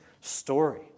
story